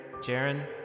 Jaren